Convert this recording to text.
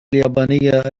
اليابانية